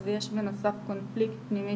אז יש בנוסף קונפליקט פנימי,